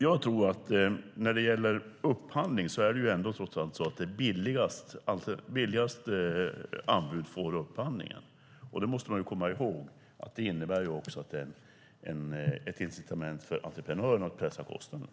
Jag tror att när det gäller upphandling är det så att det billigaste anbudet får upphandlingen, och man måste komma ihåg att det innebär ett incitament för entreprenören att pressa posterna.